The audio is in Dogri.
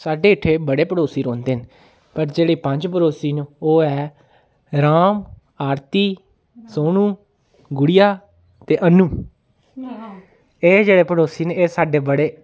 साड्ढे इत्थै बड़े पड़ोसी रौंह्दे पर जेह्ड़े पंज पड़ोसी न ओह् ऐ राम आरती सोनू गुड़िया ते अन्नू एह् जेहड़े पड़ोसी न एह् साड्ढे बड़े